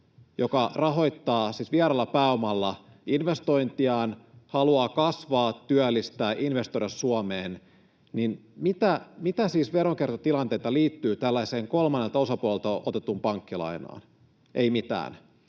joka rahoittaa siis vieraalla pääomalla investointejaan, haluaa kasvaa, työllistää, investoida Suomeen. Mitä veronkiertotilanteita liittyy tällaiseen kolmannelta osapuolelta otettuun pankkilainaan? Ei mitään.